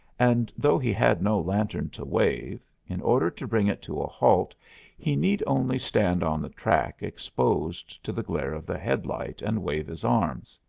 and though he had no lantern to wave, in order to bring it to a halt he need only stand on the track exposed to the glare of the headlight and wave his arms.